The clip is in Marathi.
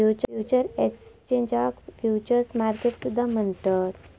फ्युचर्स एक्सचेंजाक फ्युचर्स मार्केट सुद्धा म्हणतत